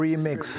Remix